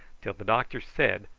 till the doctor said,